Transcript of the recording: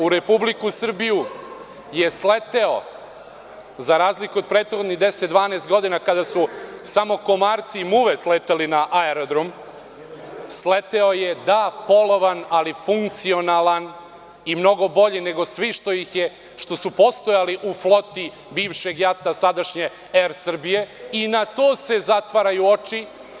U Republiku Srbiju je sleteo, za razliku od prethodnih 10, 12 godina kada su samo komarci i muve sletale na aerodrom, sleteo je polovan, ali funkcionalan i mnogo bolji nego svi što su postojali u floti bivšeg JAT-a, sadašnje Er Srbije i na to se zatvaraju oči.